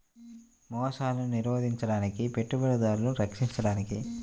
మోసాలను నిరోధించడానికి, పెట్టుబడిదారులను రక్షించడానికి